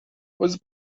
was